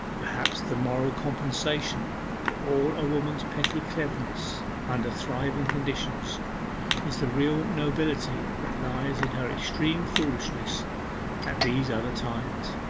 perhaps the moral compensation for all a woman's petty cleverness under thriving conditions is the real nobility that lies in her extreme foolishness at these other times